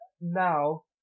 now